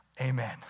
Amen